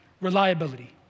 reliability